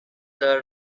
the